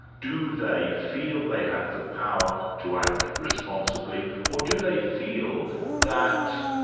do they feel they have the power to act responsibly or do they feel that,